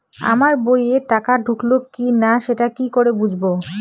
আমার বইয়ে টাকা ঢুকলো কি না সেটা কি করে বুঝবো?